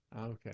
okay